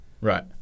Right